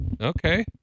Okay